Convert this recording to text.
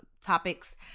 topics